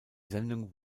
sendung